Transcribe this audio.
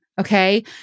okay